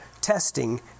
testing